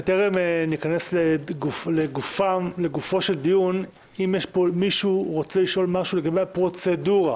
בטרם ניכנס לגופו של דיון אם מישהו רוצה לשאול משהו לגבי הפרוצדורה,